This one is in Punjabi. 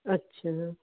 ਅੱਛਾ